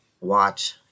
watch